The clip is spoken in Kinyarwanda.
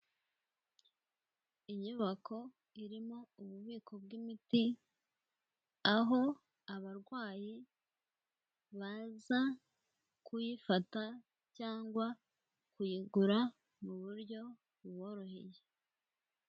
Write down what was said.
Inyubako irimo ububiko bw'imiti, aho abarwayi baza kuyifata cyangwa kuyigura mu buryo buboroheye.